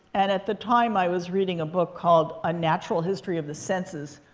and at the time i, was reading a book called a natural history of the senses.